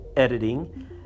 editing